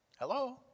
Hello